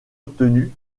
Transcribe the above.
obtenue